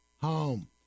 home